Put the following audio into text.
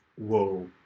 Whoa